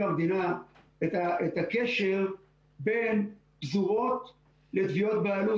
המדינה את הקשר בין פזורות לתביעות בעלות,